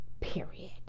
period